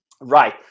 Right